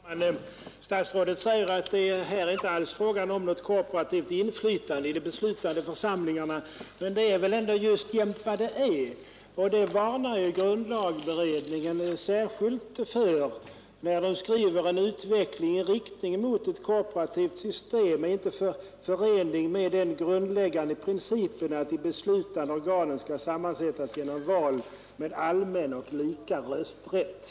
Herr talman! Statsrådet säger att det inte alls är fråga om något korporativt inflytande i de beslutande församlingarna. Men det är väl just vad det är. Det varnar grundlagberedningen särskilt för när den skriver: En utveckling i riktning mot ett korporativt system är inte förenlig med den grundläggande principen att de beslutande organen skall sammansättas genom val med allmän och lika rösträtt.